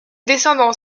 descendants